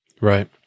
Right